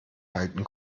halten